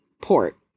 Port